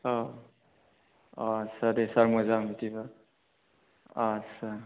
औ आदसा दे सार मोजां बिदिबा आदसा